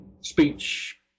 speech